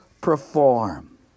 perform